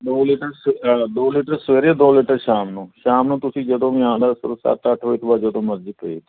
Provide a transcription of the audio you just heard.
ਦੋ ਲੀਟਰ ਸ ਅ ਦੋ ਲੀਟਰ ਸਵੇਰੇ ਦੋ ਲੀਟਰ ਸ਼ਾਮ ਨੂੰ ਸ਼ਾਮ ਨੂੰ ਤੁਸੀਂ ਜਦੋਂ ਵੀ ਆਉਂਦਾ ਚਲੋ ਸੱਤ ਅੱਠ ਵਜੇ ਤੋਂ ਬਾਅਦ ਜਦੋਂ ਮਰਜ਼ੀ ਭੇਜ ਦਿਓ